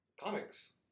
comics